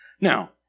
Now